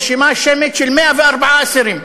רשימה שמית של 104 אסירים.